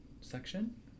section